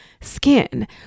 skin